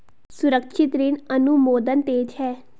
सुरक्षित ऋण अनुमोदन तेज है